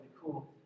cool